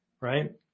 Right